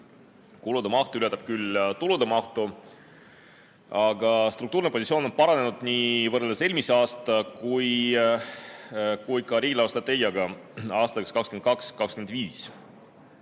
Kulude maht ületab küll tulude mahtu, aga struktuurne positsioon on paranenud nii võrreldes eelmise aastaga kui ka riigi eelarvestrateegiaga aastateks 2022–2025.